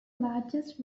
largest